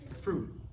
fruit